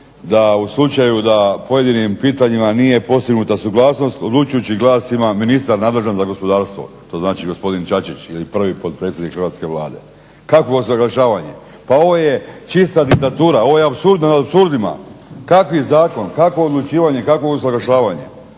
da u slučaju da u pojedinim pitanjima nije postignuta suglasnost odlučujući glas ima ministar nadležan za gospodarstvo, to znači gospodin Čačić ili prvi potpredsjednik hrvatske Vlade. Kakvo usuglašavanje, pa ovo je čista diktatura, ovo je apsurd nad apsurdima. Kakav zakon, kakvo odlučivanje, kakvo usuglašavanje.